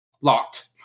locked